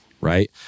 right